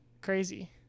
crazy